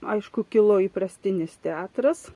aišku kilo įprastinis teatras